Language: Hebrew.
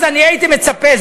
אז אני הייתי מצפה,